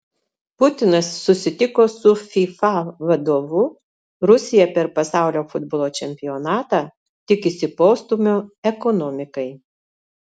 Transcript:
putinas susitiko su fifa vadovu rusija per pasaulio futbolo čempionatą tikisi postūmio ekonomikai